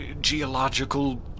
geological